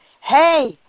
hey